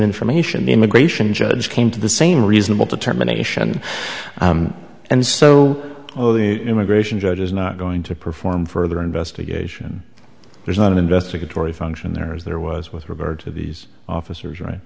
information the immigration judge came to the same reasonable to terminations and so the immigration judge is not going to perform further investigation there's not an investigatory function there as there was with regard to these officers right